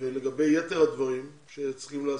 ולגבי יתר הדברים שצריכים להיעשות,